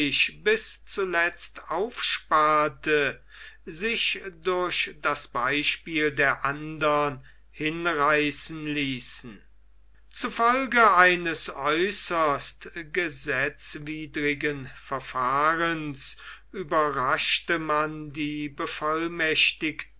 bis zuletzt aufsparte sich durch das beispiel der andern hinreißen ließen zufolge eines äußerst gesetzwidrigen verfahrens überraschte man die